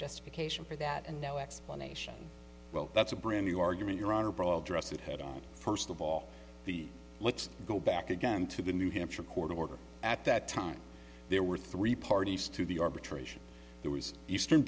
justification for that and no explanation well that's a brand new argument your honor ball dress it had on first of all the let's go back again to the new hampshire court order at that time there were three parties to the arbitration there was eastern